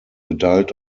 adult